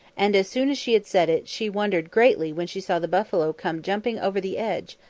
and as soon as she had said it, she wondered greatly when she saw the buffalo come jumping over the edge,